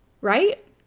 right